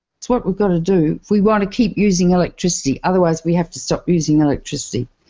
it's what we got to do, if we want to keep using electricity! otherwise, we have to stop using electricity.